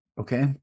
okay